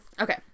Okay